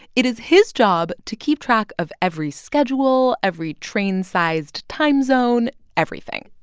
it is his job to keep track of every schedule, every train-sized time zone everything.